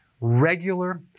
Regular